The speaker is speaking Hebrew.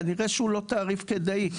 כנראה שהוא לא תעריף כדאי.